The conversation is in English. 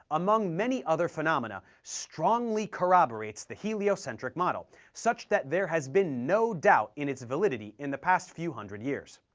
among many other phenomena, strongly corroborates the heliocentric model, such that there has been no doubt in its validity in the past few hundred years.